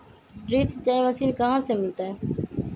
Drip सिंचाई machine कहाँ से मिलतै?